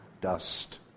dust